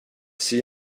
see